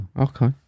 Okay